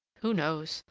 who knows?